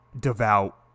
devout